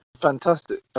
Fantastic